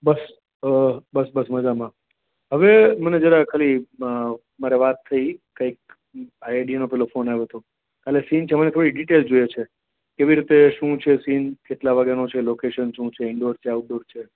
બસ બસ બસ મજામાં હવે મને જરાક ખાલી મારે વાત થઈ કઈક આઈઆઈટી નો પેલો ફોન આવ્યો તો કાલે થોડી ડીટેલ જોઈએ છે કેવી રીતે શુ છે સીન કેટલા વાગ્યાનો છે લોકેશન શું છે ઇન્ડોર કે આઉટડોર છે